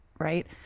Right